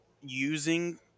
using